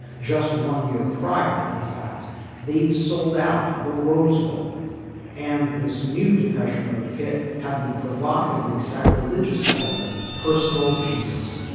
just one year prior in fact they'd sold out the rose bowl and this new depeche mode hit had the provocatively sacrilegious title personal jesus